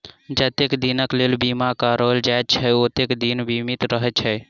जतेक दिनक लेल बीमा कराओल जाइत छै, ओतबे दिन बीमित रहैत छै